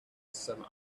some